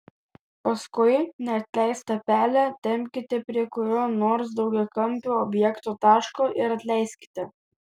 paskui neatleistą pelę tempkite prie kurio nors daugiakampio objekto taško ir atleiskite